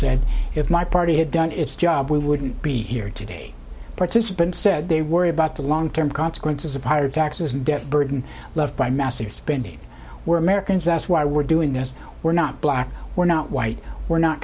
said if my party had done its job we wouldn't be here today participants said they worry about the long term consequences of higher taxes and debt burden left by massive spending we're americans that's why we're doing this we're not black we're not white we're not